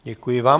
Děkuji vám.